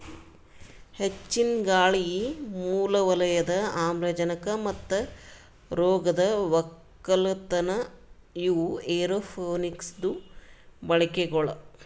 ಹೆಚ್ಚಿಂದ್ ಗಾಳಿ, ಮೂಲ ವಲಯದ ಆಮ್ಲಜನಕ ಮತ್ತ ರೋಗದ್ ಒಕ್ಕಲತನ ಇವು ಏರೋಪೋನಿಕ್ಸದು ಬಳಿಕೆಗೊಳ್